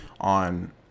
on